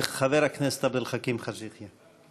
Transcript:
חבר הכנסת עבד אל חכים חאג' יחיא.